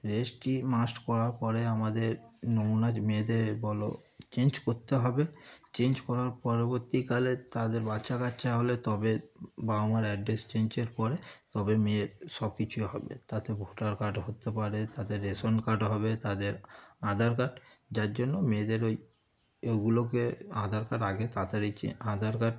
registry must করার পরে আমাদের নমুনা মেয়েদের বলো চেঞ্জ করতে হবে চেঞ্জ করার পরবর্তীকালে তাদের বাচ্চা কাচ্চা হলে তবে বাবা মার অ্যাড্রেস চেঞ্জের পরে তবে মেয়ের সব কিছু হবে তাদের ভোটার কার্ড হতে পারে তাদের রেশন কার্ড হবে তাদের আধার কার্ড যার জন্য মেয়েদের ওই এগুলোকে আধার কার্ড আগে তাড়াতাড়ি চে আধার কার্ড